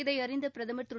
இதையறிந்த பிரதமர் திரு